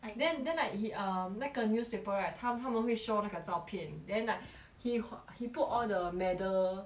and then then like he um 那个 newspaper right 他他们会 show 那个照片 then like he he put all the medal